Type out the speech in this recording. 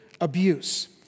Abuse